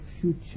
future